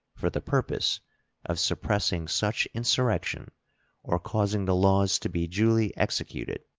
for the purpose of suppressing such insurrection or causing the laws to be duly executed